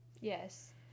Yes